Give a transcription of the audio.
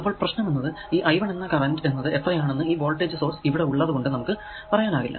അപ്പോൾ പ്രശ്നം എന്നത് ഈ I1 എന്ന കറന്റ് എന്നത് എത്രയാണെന്ന് ഈ വോൾടേജ് സോഴ്സ് ഇവിടെ ഉള്ളത് കൊണ്ട് നമുക്ക് പറയാനാകില്ല